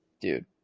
dude